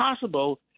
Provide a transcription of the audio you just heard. possible